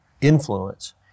influence